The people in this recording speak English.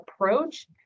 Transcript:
approach